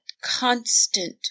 constant